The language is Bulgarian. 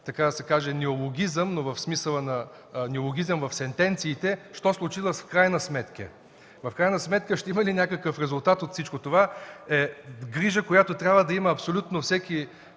един нов неологизъм, но в смисъл на неологизъм в сентенциите: „Что случилось в крайней сметке?” В крайна сметка ще има ли някакъв резултат от всичко това е грижа, която трябва да има абсолютно всеки